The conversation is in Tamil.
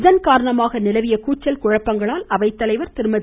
இதன் காரணமாக நிலவிய கூச்சல் குழப்பங்களால் அவை தலைவர் திருமதி